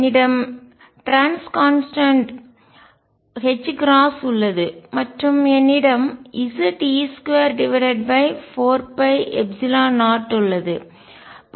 என்னிடம் trans constant மாறிலி உள்ளது மற்றும் என்னிடம் Ze24π0 உள்ளது